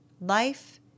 Life